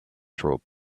through